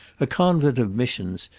a convent of missions,